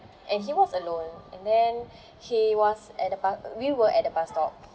and he was alone and then he was at a bus we were at the bus stop